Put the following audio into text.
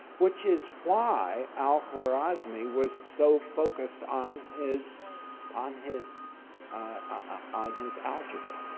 which is why al-khwarizmi was so focused on his on his ah on his algebra.